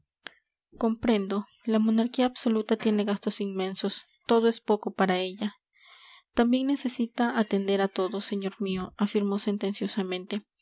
comprendo la monarquía absoluta tiene gastos inmensos todo es poco para ella también necesita atender a todo señor mío afirmó